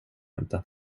inte